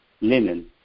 linen